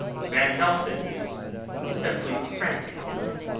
van helsing is simply frantic about it,